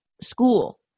school